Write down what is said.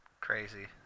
Crazy